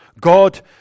God